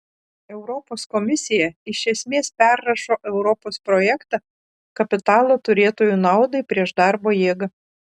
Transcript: europos komisija iš esmės perrašo europos projektą kapitalo turėtojų naudai prieš darbo jėgą